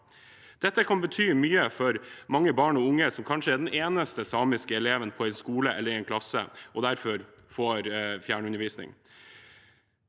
Dette kan bety mye for mange barn og unge som kanskje er den eneste samiske eleven på en skole eller i en klasse, og derfor får fjernundervisning.